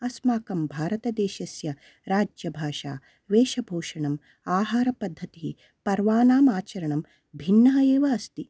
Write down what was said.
अस्माकं भारतदेशस्य राज्यभाषा वेशभूषणम् आहारपद्धतिः पर्वाणाम् आचरणं भिन्नः एव अस्ति